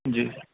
جی